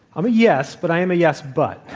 i'm a yes, but i am a yes, but,